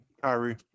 Kyrie